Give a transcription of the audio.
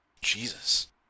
Jesus